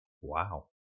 Wow